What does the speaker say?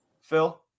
Phil